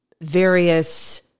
various